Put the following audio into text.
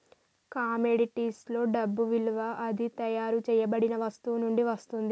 కమోడిటీస్లో డబ్బు విలువ అది తయారు చేయబడిన వస్తువు నుండి వస్తుంది